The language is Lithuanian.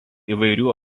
įvairių